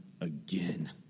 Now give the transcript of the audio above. again